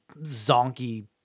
zonky